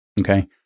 Okay